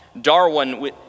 Darwin